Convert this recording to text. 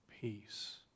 peace